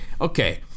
okay